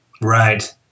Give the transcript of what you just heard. Right